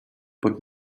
but